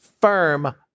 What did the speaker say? firm